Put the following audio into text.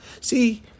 See